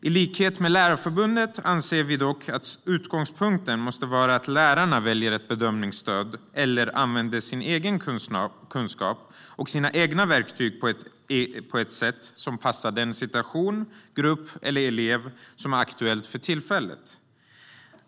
I likhet med Lärarförbundet anser vi dock att utgångspunkten måste vara att lärarna väljer ett bedömningsstöd eller använder sin egen kunskap och sina egna verktyg på ett sätt som passar den situation, grupp eller elev som är aktuell för tillfället.